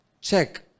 Check